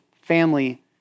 family